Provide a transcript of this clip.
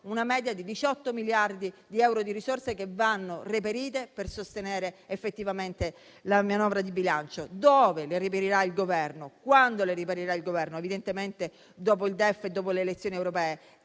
una media di 18 miliardi di euro di risorse da reperire per sostenere effettivamente la manovra di bilancio. Dove le reperirà il Governo? Quando le reperirà? Evidentemente dopo il DEF e dopo le elezioni europee.